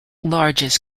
largest